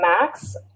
max